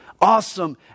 Awesome